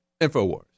InfoWars